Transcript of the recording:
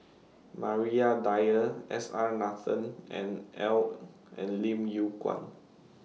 Maria Dyer S R Nathan and L and Lim Yew Kuan